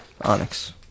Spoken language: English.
Onyx